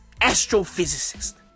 Astrophysicist